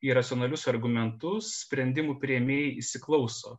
į racionalius argumentus sprendimų priėmėjai įsiklauso